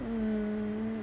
mm